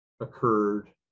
occurred